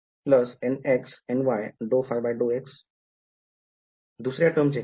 nx ny ∂ϕ∂x दुसऱ्या टर्मचे काय